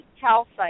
calcite